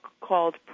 called